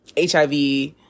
HIV